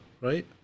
right